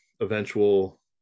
eventual